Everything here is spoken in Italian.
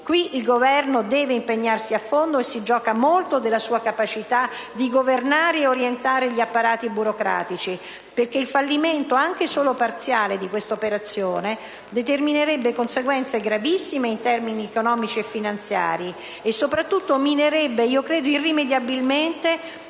Qui il Governo deve impegnarsi a fondo e si gioca molto della sua capacità di governare e orientare gli apparati burocratici. Infatti, il fallimento, anche solo parziale, di questa operazione determinerebbe conseguenze gravissime in termini economici e finanziari e, soprattutto, minerebbe - io credo irrimediabilmente